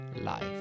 Life